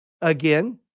again